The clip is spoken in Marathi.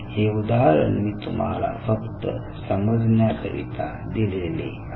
हे उदाहरण मी तुम्हाला फक्त समजण्याकरिता दिलेले आहे